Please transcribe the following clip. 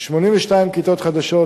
82 כיתות חדשות,